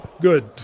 good